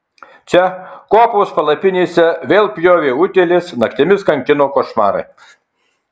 čia kuopos palapinėse vėl pjovė utėlės naktimis kankino košmarai